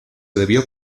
debió